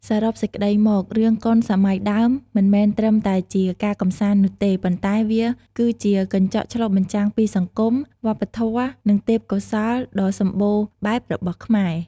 សរុបសេចក្ដីមក រឿងកុនសម័យដើមមិនមែនត្រឹមតែជាការកម្សាន្តនោះទេ ប៉ុន្តែវាគឺជា កញ្ចក់ឆ្លុះបញ្ចាំងពីសង្គម វប្បធម៌ និងទេពកោសល្យដ៏សម្បូរបែបរបស់ខ្មែរ។